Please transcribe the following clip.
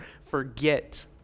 forget